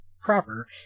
proper